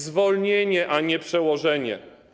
Zwolnienie, a nie przełożenie.